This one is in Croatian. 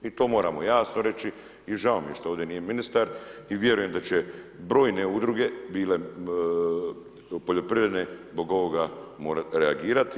I to moramo jasno reći i žao mi je što ovdje nije ministar i vjerujem da će brojne udruge bile poljoprivredne zbog ovoga morati reagirati.